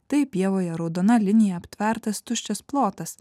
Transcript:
tai pievoje raudona linija aptvertas tuščias plotas